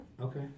okay